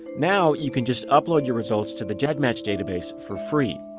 now, you can just upload your results to the gedmatch database for free